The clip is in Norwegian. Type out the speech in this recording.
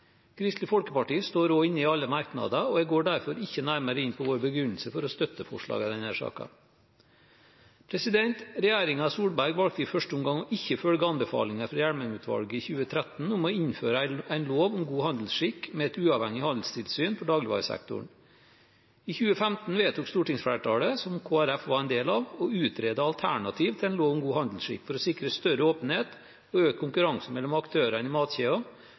Kristelig Folkeparti står også inne i alle merknader, og jeg går derfor ikke nærmere inn på vår begrunnelse for å støtte forslagene i denne saken. Regjeringen Solberg valgte i første omgang ikke å følge anbefalingen fra Hjelmeng-utvalget i 2013 om å innføre en lov om god handelsskikk med et avhengig handelstilsyn for dagligvaresektoren. I 2015 vedtok stortingsflertallet, som Kristelig Folkeparti var en del av, å utrede alternativer til en lov om god handelsskikk, for å sikre større åpenhet og økt konkurranse mellom aktørene i matkjeden,